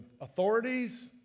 authorities